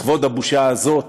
לכבוד הבושה הזאת